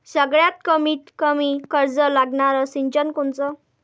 सगळ्यात कमीत कमी खर्च लागनारं सिंचन कोनचं?